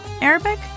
Arabic